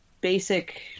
basic